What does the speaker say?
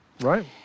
right